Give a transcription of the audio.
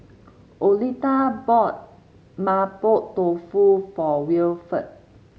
Oleta bought Mapo Tofu for Wilford